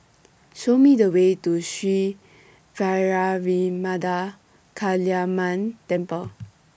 Show Me The Way to Sri Vairavimada Kaliamman Temple